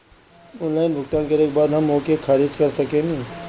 Online भुगतान करे के बाद हम ओके खारिज कर सकेनि?